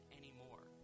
anymore